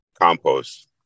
compost